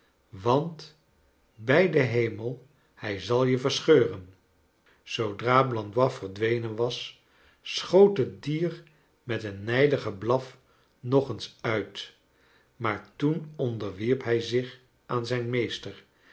want bij den hemel hij zal je verscheuren zoodra blandois verdwenen was schoot het dier met een nijdigen blaf nog eens uit maar toen onderwierp hij zich aan zijn meester